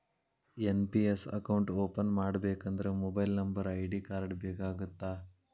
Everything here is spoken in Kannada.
ಎನ್.ಪಿ.ಎಸ್ ಅಕೌಂಟ್ ಓಪನ್ ಮಾಡಬೇಕಂದ್ರ ಮೊಬೈಲ್ ನಂಬರ್ ಐ.ಡಿ ಕಾರ್ಡ್ ಬೇಕಾಗತ್ತಾ?